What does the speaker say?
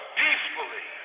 peacefully